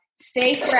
Stay